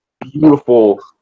beautiful